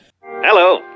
Hello